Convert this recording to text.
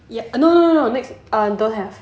oh no no no no next don't have